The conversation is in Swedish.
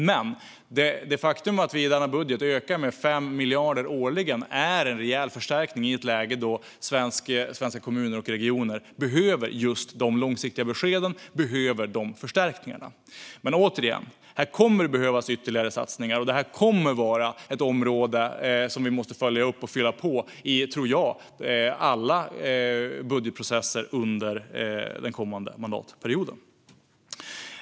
Men vi ökar i denna budget med 5 miljarder årligen, och det är en rejäl förstärkning i ett läge då svenska kommuner och regioner behöver just de långsiktiga beskeden och de förstärkningarna. Återigen: Det kommer att behövas ytterligare satsningar, och det här kommer att vara ett område som vi måste följa upp och där vi kommer att behöva fylla på i, tror jag, alla budgetprocesser under den kommande mandatperioden.